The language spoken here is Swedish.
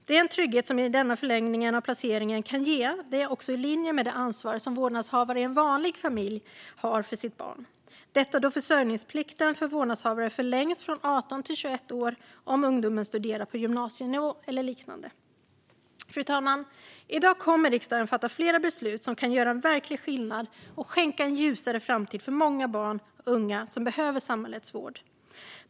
Den trygghet som denna förlängning av placeringen kan ge är också i linje med det ansvar som vårdnadshavare i en vanlig familj har för sitt barn - detta då försörjningsplikten för vårdnadshavare förlängs från 18 till 21 år om ungdomen studerar på gymnasienivå eller liknande. Fru talman! I dag kommer riksdagen att fatta flera beslut som kan göra verklig skillnad och skänka en ljusare framtid för många barn och unga som behöver samhällets vård.